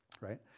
right